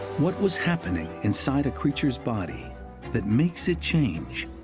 what was happening inside a creature's body that makes it change?